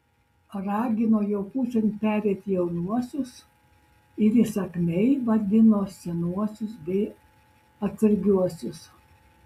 ragino jo pusėn pereiti jaunuosius ir įsakmiai vadino senuosius bei atsargiuosius